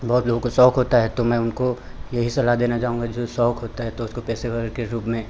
बहुत लोगों को शौक होता है तो मैं उनको यही सलाह देना चाहूँगा जो शौक होता है तो उसको पेशेवर के रूप में